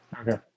Okay